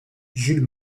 jules